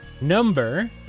number